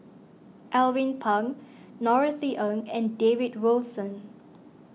Alvin Pang Norothy Ng and David Wilson